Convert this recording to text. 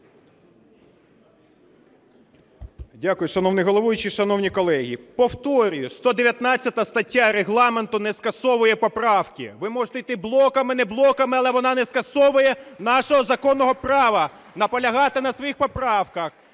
Дякую. Шановний головуючий, шановні колеги! Повторюю, 119 стаття Регламенту не скасовує поправки. Ви можете йти блоками, не блоками, але вона не скасовує нашого законного права – наполягати на своїх поправках.